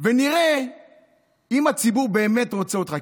ונראה אם הציבור באמת רוצה אותך.